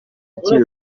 ifitiye